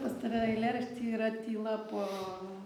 pas tave eilėraštyj yra tyla po